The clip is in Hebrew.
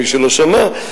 מי שלא שמע,